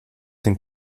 den